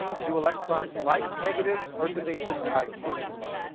do electrons like negatives or do they dislike negatives?